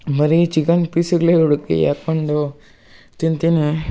ಬರೀ chicken piece ಇರ್ಲೆ ಹುಡುಕಿ ಹಾಕ್ಕೊಂಡು ತಿಂತೀನಿ